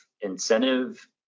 incentive